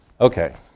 Okay